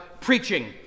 preaching